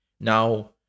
Now